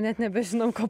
net nebežinau ko